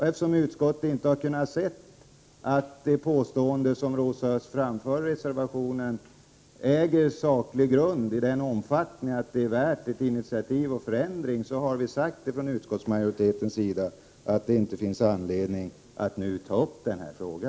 Eftersom utskottet inte har kunnat konstatera att Rosa Ösths och Ulla Tillanders påstående i reservationen äger saklig grund i den omfattning att det är värt initiativ till förändring har vi i utskottsmajoriteten sagt att det inte finns anledning att nu ta upp denna fråga.